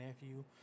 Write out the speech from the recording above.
nephew